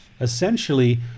Essentially